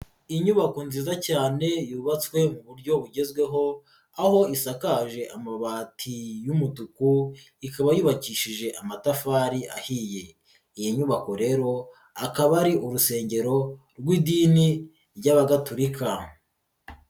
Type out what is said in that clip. Inyubako nziza cyane yubatswe mu buryo bugezweho, aho isakaje amabati y'umutuku, ikaba yubakishije amatafari ahiye, iyi nyubako rero akaba ari urusengero, rw'idini ry'Abagatorika.